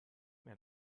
mir